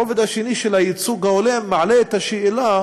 הרובד השני של הייצוג ההולם מעלה את השאלה